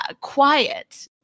quiet